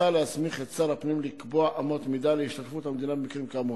מוצע להסמיך את שר הפנים לקבוע אמות מידה להשתתפות המדינה במקרים כאמור.